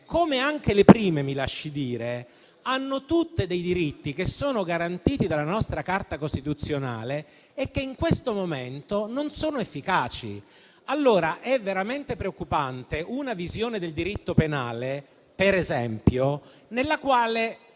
come anche le prime, mi lasci dire - hanno tutte dei diritti garantiti dalla nostra Carta costituzionale e che in questo momento non sono efficaci. È veramente preoccupante una visione del diritto penale, per esempio, nella quale